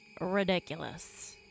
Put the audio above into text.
ridiculous